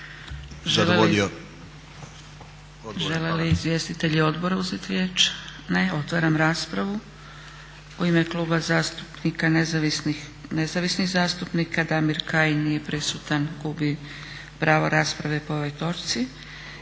Žele li izvjestitelji odbora uzeti riječ? Ne. Otvaram raspravu. U ime Kluba nezavisnih zastupnika Damir Kajin. Nije prisutan, gubi pravo rasprave po ovoj točci.